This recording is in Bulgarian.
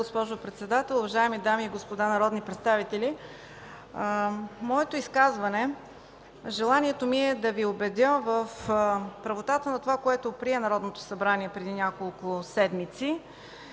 моето изказване желанието ми е да Ви убедя в правотата на това, което прие Народното събрание преди няколко седмици